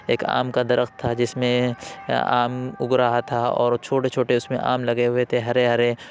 ایک آم کا درخت تھا جس میں آم اگ رہا تھا اور چھوٹے چھوٹے اس میں آم لگے ہوئے تھے ہرے ہرے